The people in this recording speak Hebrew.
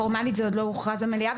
פורמלית זה עוד לא הוכרז במליאה,